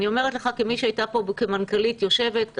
אני אומרת לך כמי שהייתה פה כמנכ"לית יושבת,